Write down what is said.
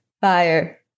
fire